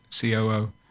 COO